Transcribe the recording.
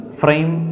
frame